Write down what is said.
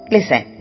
Listen